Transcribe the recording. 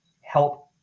help